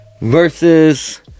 Versus